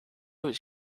was